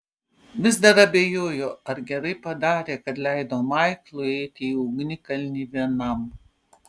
vis dar abejojo ar gerai padarė kad leido maiklui eiti į ugnikalnį vienam